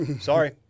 sorry